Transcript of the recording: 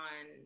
on